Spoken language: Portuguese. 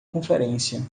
conferência